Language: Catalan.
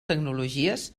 tecnologies